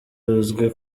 uzwi